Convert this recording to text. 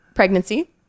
pregnancy